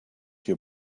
your